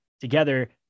together